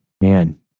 Man